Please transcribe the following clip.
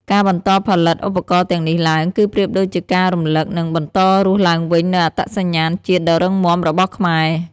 ការបន្តផលិតឧបករណ៍ទាំងនេះឡើង គឺប្រៀបដូចជាការរំលឹក និងបន្តរស់ឡើងវិញនូវអត្តសញ្ញាណជាតិដ៏រឹងមាំរបស់ខ្មែរ។